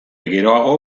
geroago